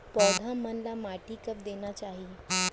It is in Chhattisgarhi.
पौधा मन ला माटी कब देना चाही?